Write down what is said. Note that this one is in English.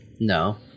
No